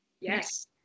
Yes